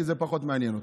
כי זה פחות מעניין אותו.